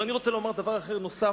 אני רוצה לומר דבר אחר נוסף,